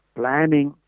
planning. (